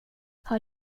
har